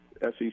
SEC